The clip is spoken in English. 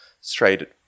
straight